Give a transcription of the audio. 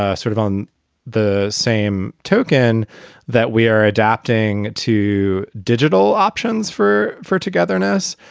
ah sort of on the same token that we are adapting to digital options for for togetherness.